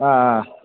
ಹಾಂ ಆಂ